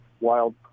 wild